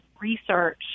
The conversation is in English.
research